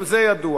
גם זה ידוע.